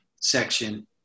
section